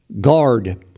guard